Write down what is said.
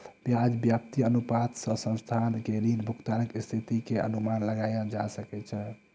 ब्याज व्याप्ति अनुपात सॅ संस्थान के ऋण भुगतानक स्थिति के अनुमान लगायल जा सकै छै